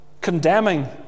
condemning